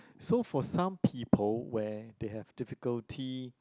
so for some people where they have difficulty